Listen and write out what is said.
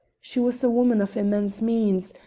she was a woman of immense means,